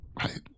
right